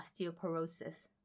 osteoporosis